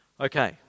Okay